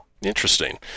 Interesting